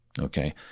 okay